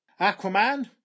Aquaman